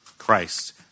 Christ